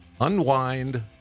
Unwind